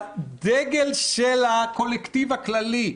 בדגל של הקולקטיב הכללי,